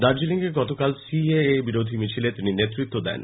দার্জিলিং এ গতকাল সিএএ বিরোধী মিছিলের তিনি নেতৃত্ব দেন